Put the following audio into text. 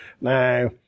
Now